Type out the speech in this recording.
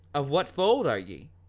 of what fold are ye?